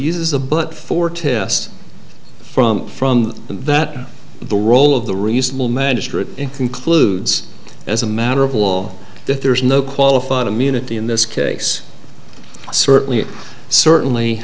uses a but for test from from that the role of the reasonable magistrate it concludes as a matter of law that there is no qualified immunity in this case certainly certainly